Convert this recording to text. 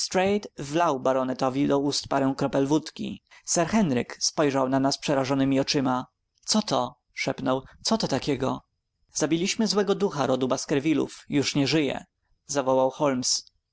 wlał baronetowi do ust parę kropel wódki sir henryk spojrzał na nas przerażonemi oczyma co to szepnął co to takiego zabiliśmy złego ducha rodu baskervillów już nie ożyje zawołał